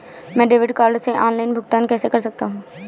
मैं debit card से online भुगतान कैसे कर सकता हूँ?